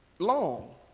long